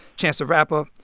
chance the rapper.